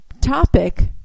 topic